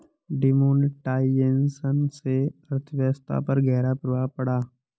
demonetisation से अर्थव्यवस्था पर ग़हरा प्रभाव पड़ा